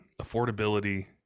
affordability